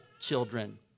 children